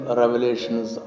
revelations